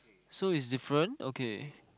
so it's different okay